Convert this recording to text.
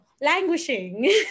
languishing